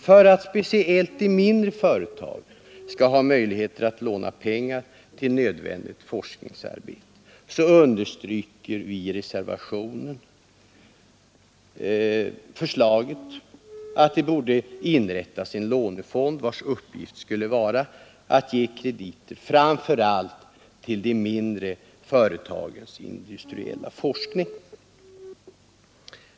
För att speciellt de mindre företagen skall ha möjligheter att låna pengar till nödvändigt forskningsarbete understryker vi i reservationen att det borde inrättas en lånefond, vars uppgift skulle vara att ge krediter framför allt till de mindre företagens industriella forskning.